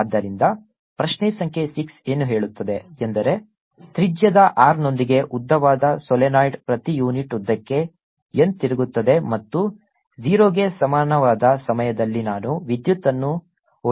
ಆದ್ದರಿಂದ ಪ್ರಶ್ನೆ ಸಂಖ್ಯೆ 6 ಏನ್ ಹೇಳುತ್ತದೆ ಎಂದರೆ ತ್ರಿಜ್ಯದ r ನೊಂದಿಗೆ ಉದ್ದವಾದ ಸೊಲೀನಾಯ್ಡ್ ಪ್ರತಿ ಯೂನಿಟ್ ಉದ್ದಕ್ಕೆ n ತಿರುಗುತ್ತದೆ ಮತ್ತು 0 ಗೆ ಸಮಾನವಾದ ಸಮಯದಲ್ಲಿ ನಾನು ವಿದ್ಯುತ್ ಅನ್ನು ಒಯ್ಯುತ್ತದೆ